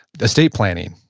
estate planning,